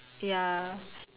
ya